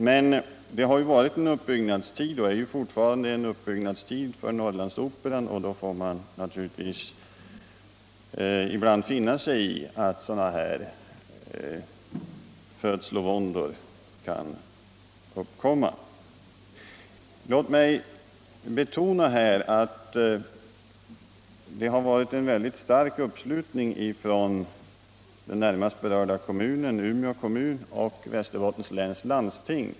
Men den gångna tiden har ju varit en uppbyggnadstid för Norrlandsoperan — den pågår ännu, och då får man väl finna sig i att sådana här födslovåndor kan uppkomma. Jag vill här också betona att det har varit en stark uppslutning från Umeå kommun, som är den närmast berörda kommunen, och från Västerbottens läns landsting.